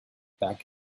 back